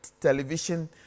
television